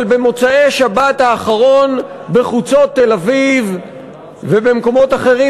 אבל במוצאי שבת האחרונה בחוצות תל-אביב ובמקומות אחרים